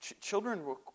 Children